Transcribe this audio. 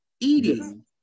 eating